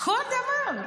כל דבר.